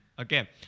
okay